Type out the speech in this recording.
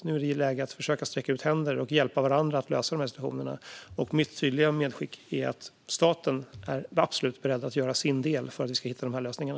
Nu är det läge att försöka sträcka ut händer och hjälpa varandra att lösa situationerna. Mitt tydliga medskick är att staten absolut är beredd att göra sin del för att hitta lösningarna.